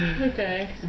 Okay